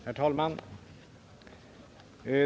Herr talman!